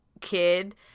kid –